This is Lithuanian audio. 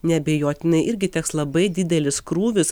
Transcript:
neabejotinai irgi teks labai didelis krūvis